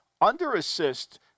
under-assist